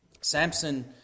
Samson